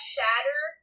Shatter